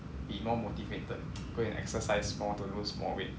be more motivated go and exercise more to lose more weight